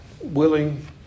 willing